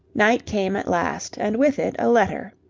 night came at last, and with it a letter.